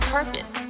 Purpose